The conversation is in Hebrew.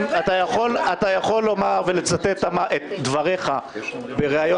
אתה יכול לצטט את דבריך בראיון,